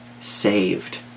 saved